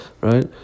right